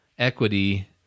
equity